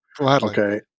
okay